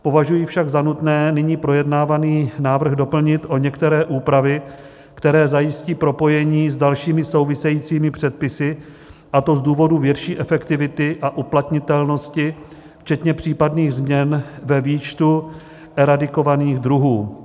Považuji však za nutné nyní projednávaný návrh doplnit o některé úpravy, které zajistí propojení s dalšími souvisejícími předpisy, a to z důvodu větší efektivity a uplatnitelnosti včetně případných změn ve výčtu eradikovaných druhů.